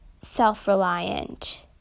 self-reliant